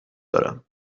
دارم